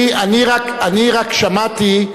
אני רק שמעתי,